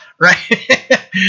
Right